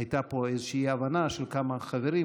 הייתה פה אי-הבנה של כמה חברים,